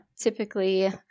typically